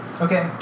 Okay